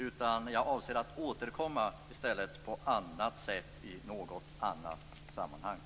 I stället avser jag att återkomma på annat sätt i något annat sammanhang.